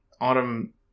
Autumn